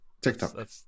TikTok